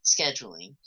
scheduling